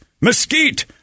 mesquite